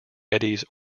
eddies